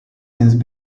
since